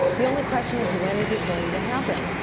the only question is, when is it going to happen?